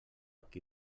qui